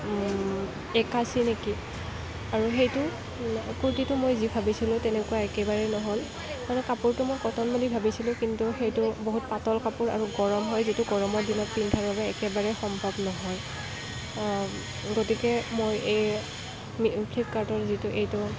একাশী নেকি আৰু সেইটো কুৰ্তীটো মই যি ভাবিছিলো তেনেকুৱা একেবাৰে নহ'ল মানে কাপোৰটো মই কটন বুলি ভাবিছিলো কিন্তু সেইটো বহুত পাতল কাপোৰ আৰু গৰম হয় যিটো গৰমৰ দিনত পিন্ধাৰ বাবে একেবাৰে সম্ভৱ নহয় গতিকে মই এই ফ্লীপকাৰ্টৰ যিটো এইটো